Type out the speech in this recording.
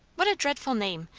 what a dreadful name!